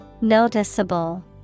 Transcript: Noticeable